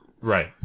Right